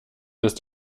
ist